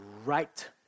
right